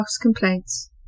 complaints